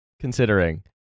considering